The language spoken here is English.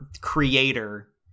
creator